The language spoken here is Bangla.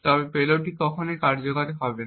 তবে পেলোড কখনই কার্যকর হবে না